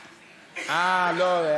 לא,